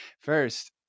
First